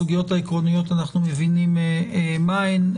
הסוגיות העקרוניות, אנחנו מבינים מה הן.